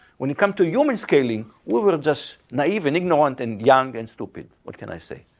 when it come to human scaling, we were just naive and ignorant and young and stupid. what can i say?